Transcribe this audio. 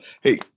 Hey